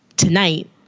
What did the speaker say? tonight